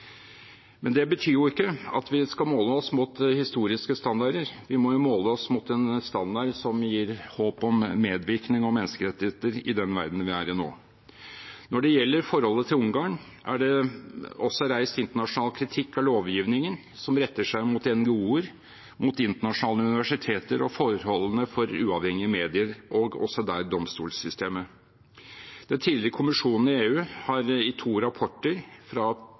Men det betyr jo ikke at vi skal måle oss mot historiske standarder. Vi må jo måle oss mot en standard som gir håp om medvirkning og menneskerettigheter i den verden vi er i nå. Når det gjelder forholdet til Ungarn, er det også reist internasjonal kritikk av lovgivningen, som retter seg mot NGO-er, mot internasjonale universiteter og forholdene for uavhengige medier, også domstolssystemet. Den tidligere kommisjonen i EU har i to rapporter, fra